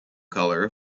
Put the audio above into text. colour